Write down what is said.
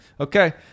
Okay